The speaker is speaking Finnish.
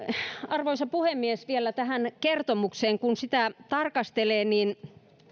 arvoisa puhemies menen vielä tähän kertomukseen kun sitä tarkastelee niin